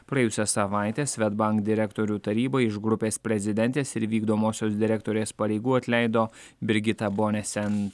praėjusią savaitę svedbank direktorių taryba iš grupės prezidentės ir vykdomosios direktorės pareigų atleido brigitą bonesen